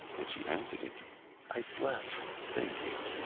and she answered him i slept, thank you.